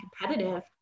competitive